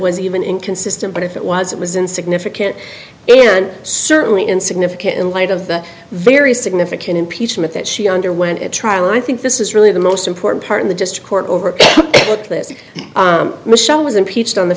was even inconsistent but if it was it was insignificant and certainly in significant in light of the very significant impeachment that she underwent at trial i think this is really the most important part of the just court over what this michelle was impeached on the